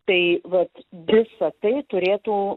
tai vat visa tai turėtų